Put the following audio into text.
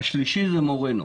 השלישי זה מורנו.